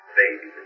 baby